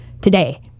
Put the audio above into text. today